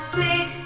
six